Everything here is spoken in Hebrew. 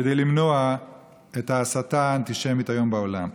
כדי למנוע את ההסתה האנטישמית היום בעולם.